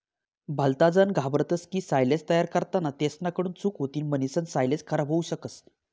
भलताजन घाबरतस की सायलेज तयार करताना तेसना कडून चूक होतीन म्हणीसन सायलेज खराब होवू शकस